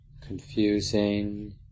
confusing